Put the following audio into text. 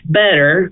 better